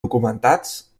documentats